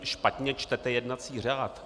Špatně čtete jednací řád.